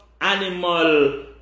animal